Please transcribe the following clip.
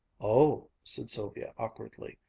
oh, said sylvia awkwardly,